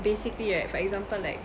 basically right for example like